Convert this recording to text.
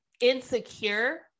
insecure